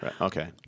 Okay